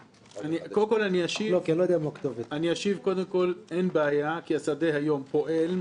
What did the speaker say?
כול אני אשיב שאין בעיה כי השדה היום פועל.